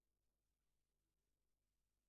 הדבר הזה הוא בלתי